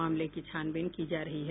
मामले की छानबीन की जा रही है